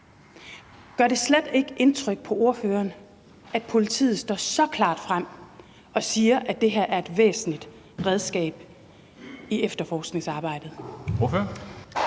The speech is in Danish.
Gør det slet ikke indtryk på ordføreren, at politiet står så klart frem og siger, at det her er et væsentligt redskab i efterforskningsarbejdet?